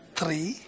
three